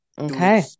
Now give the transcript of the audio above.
Okay